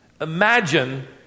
imagine